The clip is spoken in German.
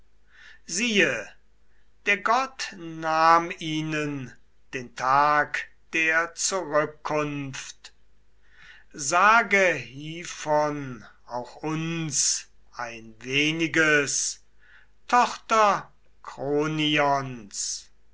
siehe der gott nahm ihnen den tag der zurückkunft sage hievon auch uns ein weniges tochter